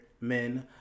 men